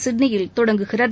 சிட்னியில் தொடங்குகிறது